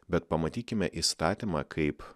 bet pamatykime įstatymą kaip